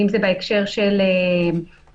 ואם זה בהקשר של עסקים,